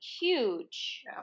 huge